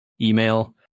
email